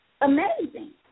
amazing